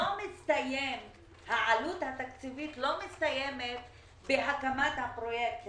העלות התקציבית לא מסתיימת בהקמת הפרויקט.